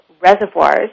reservoirs